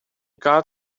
got